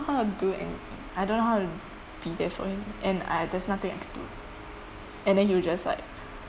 how to do any~ I don't know how to be there for him and I there's nothing I could do and then he was just like